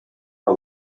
her